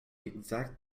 exact